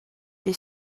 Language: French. les